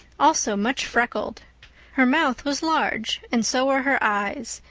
also much freckled her mouth was large and so were her eyes,